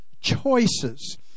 choices